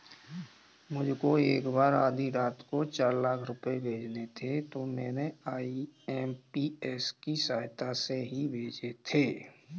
मुझको एक बार आधी रात को चार लाख रुपए भेजने थे तो मैंने आई.एम.पी.एस की सहायता से ही भेजे थे